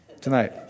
tonight